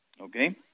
Okay